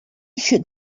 should